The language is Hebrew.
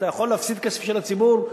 אתה יכול להפסיד כסף של הציבור,